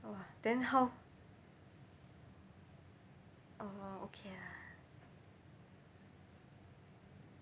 !wah! then how orh okay lah